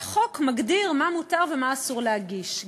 והחוק מגדיר מה מותר ומה אסור להגיש,